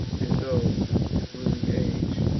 and those his blooming age,